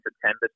September